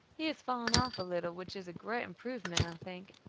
he has fallen off a little, which is a great improvement, i think.